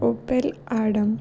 Opel adam